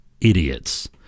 idiots